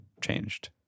changed